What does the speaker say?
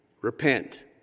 Repent